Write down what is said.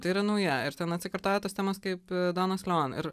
tai yra nauja ir ten atsikartoja tos temos kaip donos leon ir